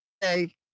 Hey